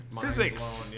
Physics